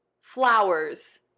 flowers